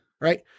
right